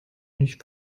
nicht